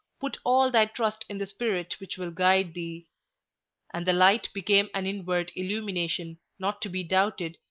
put all thy trust in the spirit which will guide thee and the light became an inward illumination not to be doubted,